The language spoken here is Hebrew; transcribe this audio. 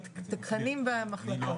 בתקנים במחלקות.